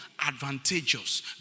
Advantageous